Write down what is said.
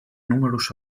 numerous